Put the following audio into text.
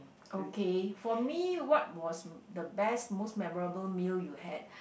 okay for me what was the best most memorable meal you had